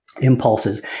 impulses